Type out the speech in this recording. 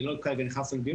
אני לא נכנס כרגע לנתונים,